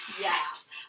Yes